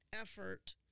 effort